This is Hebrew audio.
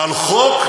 על חוק,